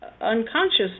unconscious